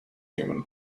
human